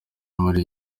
muri